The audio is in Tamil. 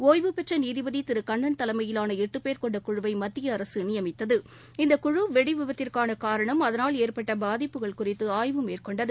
ஓய்வு பெற்ற நீதிபதி கண்ணன் தலைமையிலான எட்டுபேர் கொண்ட குழுவை மத்தியஅரசு நியமித்தது இந்த குழு வெடி விபத்திற்கான காரணம் அதனால் ஏற்பட்ட பாதிப்பு குறித்து ஆய்வு மேற்கொண்டது